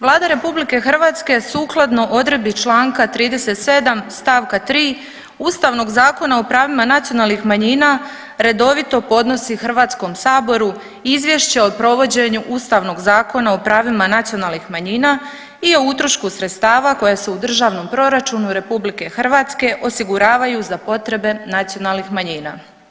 Vlada RH sukladno odredbi čl. 37. st. 3. Ustavnog zakona o pravima nacionalnih manjina redovito podnosi HS-u Izvješće o provođenju Ustavnog zakona o pravima nacionalnih manjina i utrošku sredstava koje se u Državnom proračunu RH osiguravaju za potrebe nacionalnih manjina.